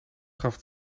gaf